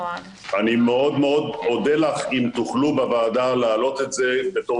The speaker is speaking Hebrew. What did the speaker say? אני מאוד מאוד אודה לך אם תוכלו בוועדה להעלות את זה בתור